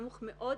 נמוך מאוד,